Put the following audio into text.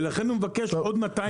ולכן הוא מבקש עוד 200 מיליון.